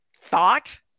thought